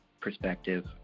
perspective